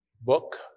book